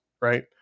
right